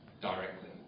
directly